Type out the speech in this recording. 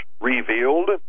revealed